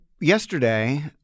yesterday